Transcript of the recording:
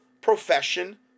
profession